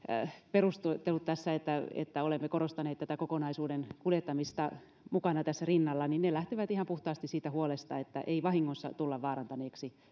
perustelut tässä että olemme korostaneet tätä kokonaisuuden kuljettamista mukana tässä rinnalla ne lähtevät ihan puhtaasti siitä huolesta että ei vahingossa tulla vaarantaneeksi